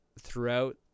throughout